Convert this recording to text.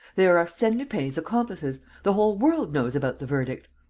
they are arsene lupin's accomplices. the whole world knows about the verdict.